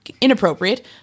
inappropriate